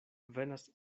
venas